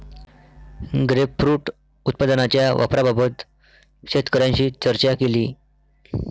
grapefruit उत्पादनाच्या वापराबाबत शेतकऱ्यांशी चर्चा केली